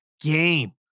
game